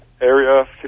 Area